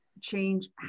change